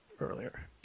earlier